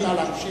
נא להמשיך.